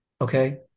Okay